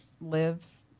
live